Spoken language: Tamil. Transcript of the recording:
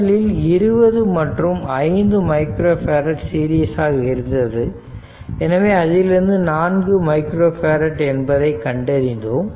முதலில் 20 மற்றும் 5 மைக்ரோ பேரட் சீரிஸ் ஆக இருந்தது எனவே அதிலிருந்து 4 மைக்ரோ பேரட் என்பதை கண்டறிந்தோம்